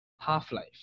Half-life